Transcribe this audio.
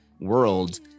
world